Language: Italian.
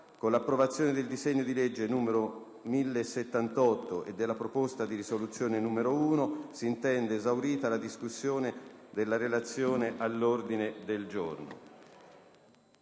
Con l'approvazione del disegno di legge n. 1078 e della proposta di risoluzione n. 1 si intende esaurita la discussione della Relazione all'ordine del giorno.